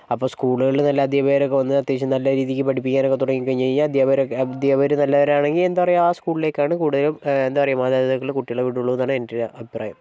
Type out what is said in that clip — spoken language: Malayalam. അപ്പോൾ സ്കൂളുകളിൽ നല്ല അദ്ധ്യാപകരൊക്കെ വന്ന് അത്യാവശ്യം നല്ല രീതിക്ക് പഠിപ്പിക്കാനൊക്കെ തുടങ്ങി കഴിഞ്ഞു കഴിഞ്ഞാൽ അദ്ധ്യാപകരൊക്കെ അദ്ധ്യാപകർ നല്ലവരാണെങ്കിൽ എന്താ പറയാ ആ സ്കൂളുകളിലേക്കാണ് കുടുതലും എന്താ പറയാ മാതാപിതാക്കൾ കുട്ടികളെ വിടുള്ളൂ എന്നാണ് എൻ്റെ ഒരു അഭിപ്രായം